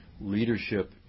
leadership